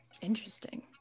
Interesting